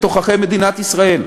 בתוככי מדינת ישראל.